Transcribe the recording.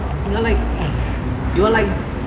you are like you are like